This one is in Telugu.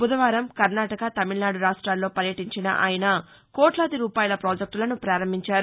బుధవారం కర్ణాటక తమిళనాడు రాష్ట్రాల్లో పర్యటించిన ఆయన కోట్లాది రూపాయల పాజెక్టులను పారంభించారు